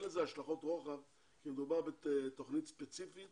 אין לזה השלכות רוחב כי מדובר בתוכנית ספציפית